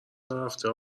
نرفته